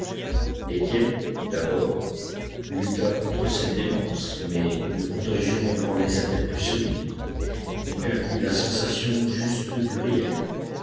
étienne d'abord lutta contre cette démence mais une contagion ébranlait sa tête plus solide il perdit la sensation juste du réel